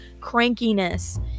crankiness